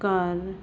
ਕਰ